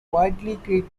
widely